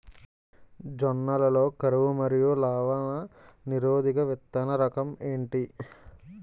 జొన్న లలో కరువు మరియు లవణ నిరోధక విత్తన రకం ఏంటి?